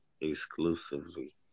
exclusively